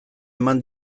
eman